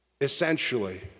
Essentially